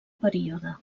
període